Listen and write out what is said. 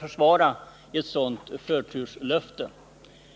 försvara ett sådant förturslöfte?